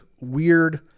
weird